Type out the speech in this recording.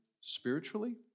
spiritually